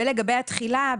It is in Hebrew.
ולגבי התחילה,